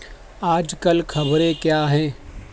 آج کل خبریں کیا ہیں